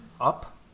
up